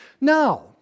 Now